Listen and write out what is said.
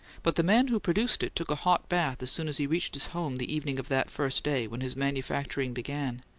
but the man who produced it took a hot bath as soon as he reached his home the evening of that first day when his manufacturing began.